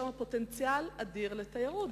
יש שם פוטנציאל אדיר לתיירות,